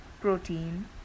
protein